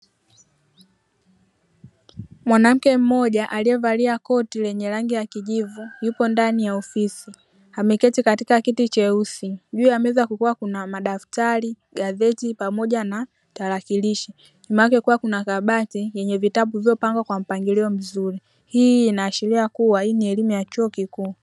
Mwanamke mmoja aliyevaa koti lenye rangi ya kijivu yupo ndani ya ofisi. Ameketi katika kiti cheusi. Juu ya meza kulikuwa kuna madaftari, gazeti pamoja na tarakilishi (computer). Nyuma yake kulikuwa kuna kabati lenye vitabu vilivyopangwa kwa mpangilio mzuri. Hii inaashiria kuwa hii ni elimu ya chuo kikuu.